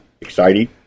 Exciting